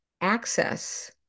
access